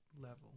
level